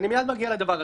מייד אני מגיע לדבר הזה.